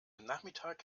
nachmittag